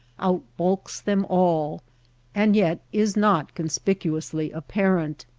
out-bulks them all and yet is not conspicuously apparent.